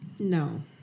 No